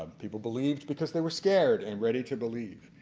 um people believed because they were scared and ready to believe.